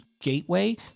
gateway